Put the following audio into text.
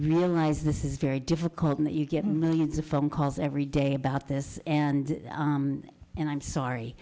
realise this is very difficult in that you get millions of phone calls every day about this and and i'm sorry